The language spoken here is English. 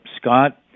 Scott